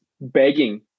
begging